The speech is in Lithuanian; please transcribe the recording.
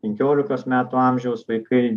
penkiolikos metų amžiaus vaikai